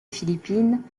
philippines